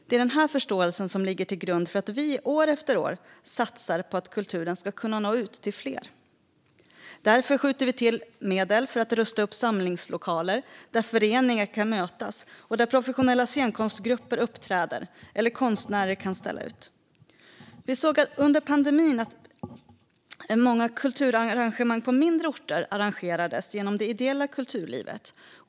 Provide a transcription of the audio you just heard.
Det är den här förståelsen som ligger till grund för att vi år efter år satsar på att kulturen ska kunna nå ut till fler. Därför skjuter vi till medel för att rusta upp samlingslokaler där föreningar kan mötas, där professionella scenkonstgrupper uppträder eller där konstnärer kan ställa ut. Vi såg under pandemin att många kulturarrangemang på mindre orter arrangerades genom det ideella kulturlivet.